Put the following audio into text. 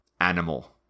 Animal